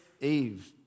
Eve